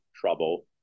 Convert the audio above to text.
trouble